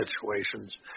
situations